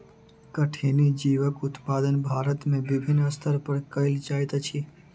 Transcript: कठिनी जीवक उत्पादन भारत में विभिन्न स्तर पर कयल जाइत अछि